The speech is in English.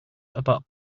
about